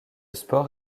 sport